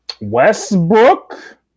Westbrook